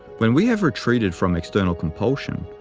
when we have retreated from external compulsion,